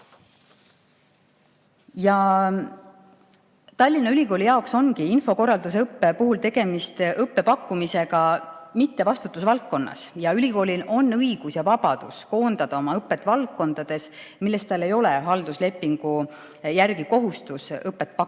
12. Tallinna Ülikooli jaoks ongi infokorralduse õppe puhul tegemist õppe pakkumisega mittevastutusvaldkonnas. Ülikoolil on õigus ja vabadus koondada oma õpet valdkondades, milles tal ei ole halduslepingu järgi kohustust õpet pakkuda.